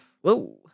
Whoa